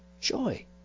joy